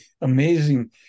Amazing